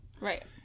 Right